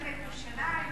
ירושלים,